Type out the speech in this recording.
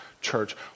church